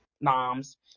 moms